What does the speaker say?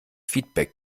feedback